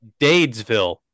Dadesville